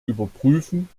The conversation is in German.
überprüfen